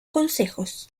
consejos